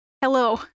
Hello